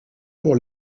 pour